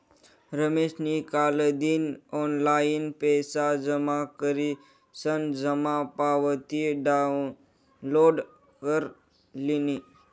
रमेशनी कालदिन ऑनलाईन पैसा जमा करीसन जमा पावती डाउनलोड कर लिनी